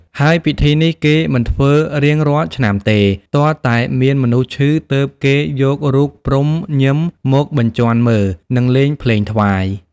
ហើយពិធីនេះគេមិនធ្វើរាងរាល់ឆ្នាំទេ ទាល់តែមានមនុស្សឈឺទើបគេយករូបព្រំុ-ញឹម មកបញ្ជាន់មើល និងលេងភ្លេងថ្វាយ។